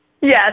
yes